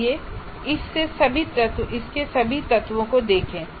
आइए इसके सभी तत्वों को देखें